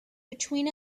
between